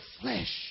flesh